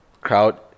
crowd